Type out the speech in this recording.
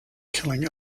killing